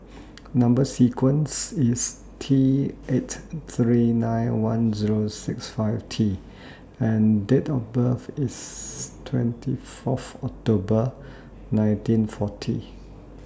Number sequence IS T eight three nine one Zero six five T and Date of birth IS twenty Fourth October nineteen forty